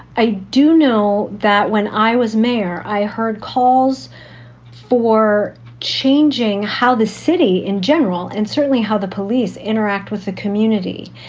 i do know that when i was mayor, i heard calls for changing how the city in general and certainly how the police interact with the community.